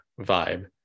vibe